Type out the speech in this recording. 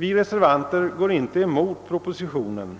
Vi reservanter går inte emot propositionen,